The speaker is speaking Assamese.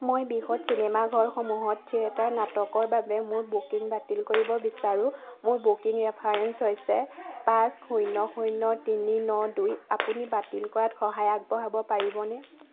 মই বৃহৎ চিনেমাঘৰসমূহত থিয়েটাৰ নাটকৰ বাবে মোৰ বুকিং বাতিল কৰিব বিচাৰোঁ মোৰ বুকিং ৰেফাৰেন্স হৈছে পাঁচ শূন্য শূন্য তিনি ন দুই আপুনি বাতিল কৰাত সহায় আগবঢ়াব পাৰিবনে